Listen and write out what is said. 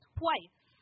twice